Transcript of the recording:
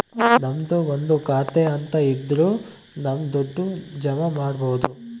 ನಮ್ದು ಒಂದು ಖಾತೆ ಅಂತ ಇದ್ರ ನಮ್ ದುಡ್ಡು ಜಮ ಮಾಡ್ಬೋದು